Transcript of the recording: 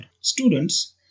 Students